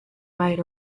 might